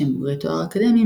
שהם בוגרי תואר אקדמי,